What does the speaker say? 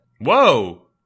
Whoa